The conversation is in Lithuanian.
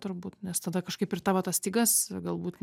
turbūt nes tada kažkaip ir tavo tas stygas galbūt